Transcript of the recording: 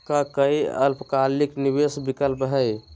का काई अल्पकालिक निवेस विकल्प हई?